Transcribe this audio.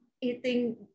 eating